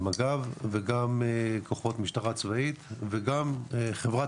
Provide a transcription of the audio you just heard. מג"ב וגם כוחות משטרה צבאית וגם חברת